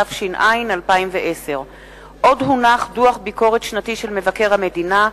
התש"ע 2010. דוח ביקורת שנתי של מבקר המדינה,